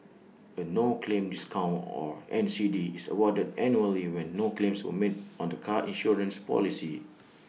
A no claim discount or N C D is awarded annually when no claims were made on the car insurance policy